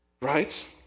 Right